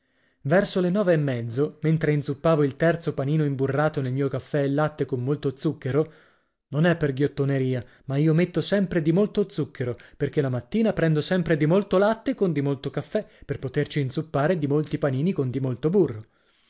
verso le nove e mezzo mentre inzuppavo il terzo panino imburrato nel mio caffè e latte con molto zucchero non è per ghiottoneria ma io metto sempre dimolto zucchero perché la mattina prendo sempre dimolto latte con dimolto caffè per poterci inzuppare dimolti panini con dimolto burro